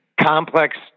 complex